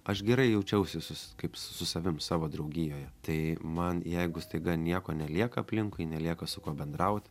aš gerai jaučiausi su s kaip su savim savo draugijoje tai man jeigu staiga nieko nelieka aplinkui nelieka su kuo bendraut